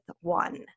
one